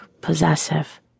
possessive